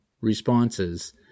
responses